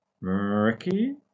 Ricky